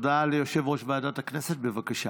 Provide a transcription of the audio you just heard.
הודעה ליושב-ראש ועדת הכנסת, בבקשה.